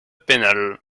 pénal